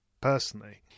personally